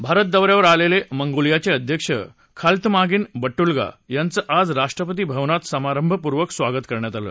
भारत दौन्यावर असलेले मंगोलियाचे अध्यक्ष खाल्तमागीन बटुलगा यांचं आज राष्ट्रपती भवनात समारभपूर्वक स्वागत करण्यात आलं